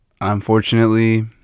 unfortunately